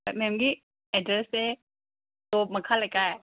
ꯃꯦꯝꯒꯤ ꯑꯦꯗ꯭ꯔꯦꯁꯁꯦ ꯇꯣꯞ ꯃꯈꯥ ꯂꯩꯀꯥꯏ